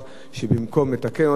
שבמקום לתקן אותו,